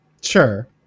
Sure